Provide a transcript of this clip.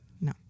No